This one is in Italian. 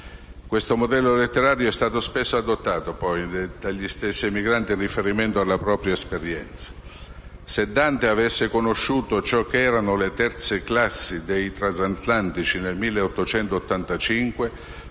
Questo modello letterario è stato spesso adottato dagli stessi emigranti, in riferimento alla propria esperienza: «Se Dante avesse conosciuto ciò che erano le terze classi dei transatlantici nel 1885,